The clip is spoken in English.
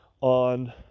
on